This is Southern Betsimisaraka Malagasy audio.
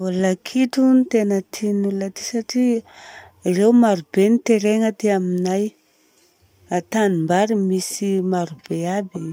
Ny baolina kitra zao no tena tian'olona aty satria ireo marobe ny terrain aty aminay, antanimbary misy marobe aby.